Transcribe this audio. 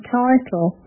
title